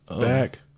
back